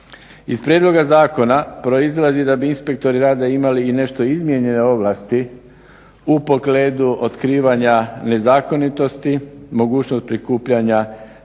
Iz prijedloga zakona proizlazi da bi inspektori rada imali i nešto izmijenjene ovlasti u pogledu otkrivanja nezakonitosti, mogućnost prikupljanja